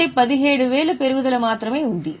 అంటే 17000 పెరుగుదల మాత్రమే ఉంది